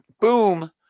Boom